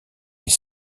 les